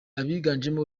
abiganjemo